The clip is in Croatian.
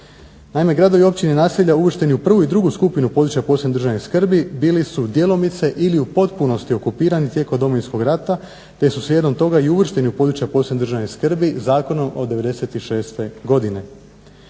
Naime, gradovi, općine i naselja uvršteni u prvu i drugu skupinu područja od posebne državne skrbi bili su djelomice ili u potpunosti okupirani tijekom Domovinskog rata, te su slijedom toga i uvršteni u područja posebne državne skrbi zakonom od '96. godine.